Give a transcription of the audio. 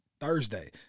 Thursday